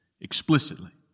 explicitly